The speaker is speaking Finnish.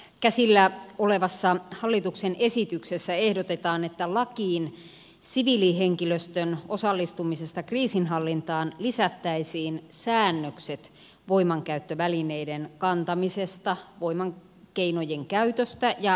käsillä olevassa hallituksen esityksessä ehdotetaan että lakiin siviilihenkilöstön osallistumisesta kriisinhallintaan lisättäisiin säännökset voimankäyttövälineiden kantamisesta voimakeinojen käytöstä ja hätävarjelutilanteista siviilikriisihallintaoperaatioissa